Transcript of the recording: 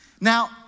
now